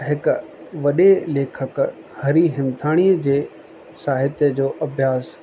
हिकु वॾे लेखक हरी हिमथाणीअ जे साहित्य जो अभ्यास